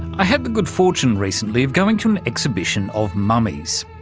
i had the good fortune recently of going to an exhibition of mummies.